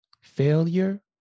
Failure